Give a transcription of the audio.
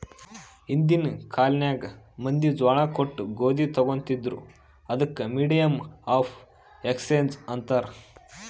ಹಿಂದಿನ್ ಕಾಲ್ನಾಗ್ ಮಂದಿ ಜ್ವಾಳಾ ಕೊಟ್ಟು ಗೋದಿ ತೊಗೋತಿದ್ರು, ಅದಕ್ ಮೀಡಿಯಮ್ ಆಫ್ ಎಕ್ಸ್ಚೇಂಜ್ ಅಂತಾರ್